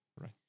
right